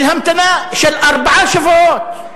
המתנה של ארבעה שבועות.